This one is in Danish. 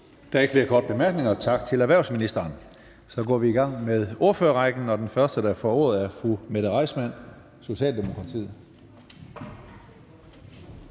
Der er ikke flere korte bemærkninger. Tak til erhvervsministeren. Så går vi i gang med ordførerrækken, og den første, der får ordet, er fru Mette Reissmann, Socialdemokratiet.